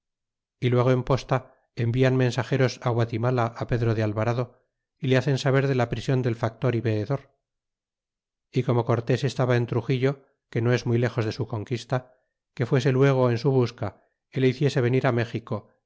y luego en posta envian rnensageros guatimala pedro de alvarado y le hacen saber de la prision del factor y veedor y como cortés estaba en truxillo que no es muy lexos de su conquista que fuese luego en su busca y le hiciese venir á méxico